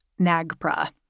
NAGPRA